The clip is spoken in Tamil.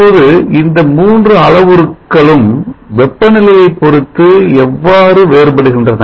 இப்பொழுது இந்த மூன்று அளவுருக்கம் வெப்பநிலையைப் பொருத்து எவ்வாறு வேறுபடுகின்றன